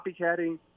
copycatting